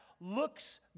looks